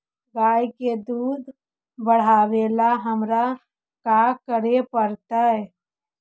गाय के दुध बढ़ावेला हमरा का करे पड़तई?